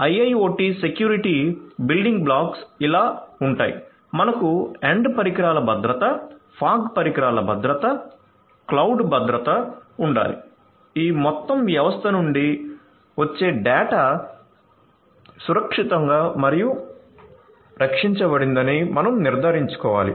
IIoT security building blocks ఇలా ఉంటాయి మనకు ఎండ్ పరికరాల భద్రత ఫాగ్ పరికరాల భద్రత క్లౌడ్ భద్రత ఉండాలి ఈ మొత్తం వ్యవస్థ నుండి వచ్చే డేటా సురక్షితంగా మరియు రక్షించబడిందని మనం నిర్ధారించుకోవాలి